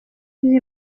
izi